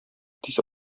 тиз